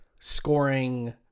scoring